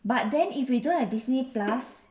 but then if we don't have disney plus